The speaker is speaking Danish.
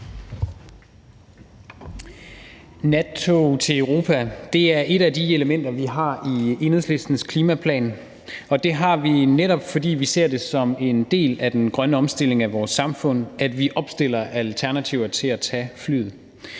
Nattog til Europa er et af de elementer, vi har i Enhedslistens klimaplan, og det har vi, netop fordi vi ser det som en del af den grønne omstilling af vores samfund, at vi opstiller alternativer til at tage flyet.